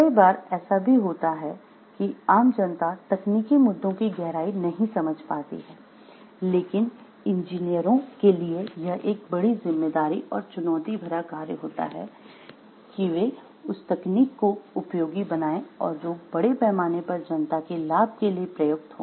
कई बार ऐसा भी होता है कि आम जनता तकनीकी मुद्दों की गहराई नहीं समझ पाती है लेकिन इंजीनियरों के लिए यह एक बड़ी जिम्मेदारी और चुनौती भरा कार्य होता है कि वे उस तकनीक को उपयोगी बनाए और जो बड़े पैमाने पर जनता के लाभ के लिए प्रयुक्त हो